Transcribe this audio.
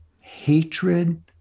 hatred